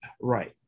Right